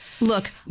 Look